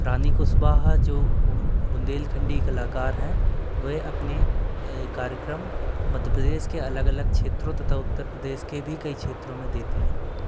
रानी कुशवाहा जो बुंदेलखंडी कलाकार हैं वे अपने कार्यक्रम मध्य प्रदेस के अलग अलग क्षेत्रों तथा उत्तर प्रदेश के भी कई क्षेत्रों में देती हैं